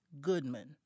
Goodman